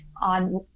on